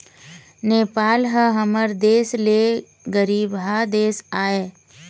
नेपाल ह हमर देश ले गरीबहा देश आय